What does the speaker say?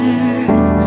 earth